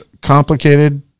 complicated